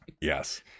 Yes